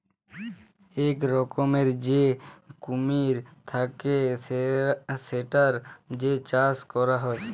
ইক রকমের যে কুমির থাক্যে সেটার যে চাষ ক্যরা হ্যয়